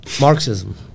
Marxism